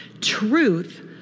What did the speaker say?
Truth